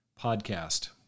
podcast